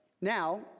Now